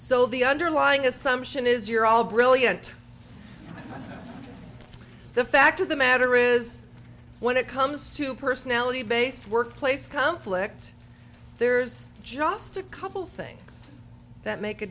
so the underlying assumption is you're all brilliant the fact of the matter is when it comes to personality based workplace conflict there's just a couple things that make a